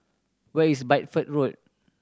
where is Bideford Road